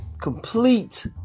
Complete